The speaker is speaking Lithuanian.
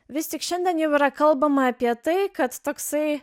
vis tik šiandien jau yra kalbama apie tai kad toksai